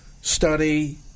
study